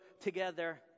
together